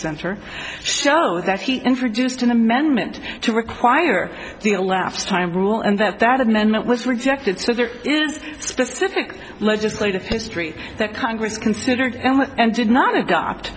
center shows that he introduced an amendment to require the elapsed time rule and that that amendment was rejected so there is specific legislative history that congress considered and did not adopt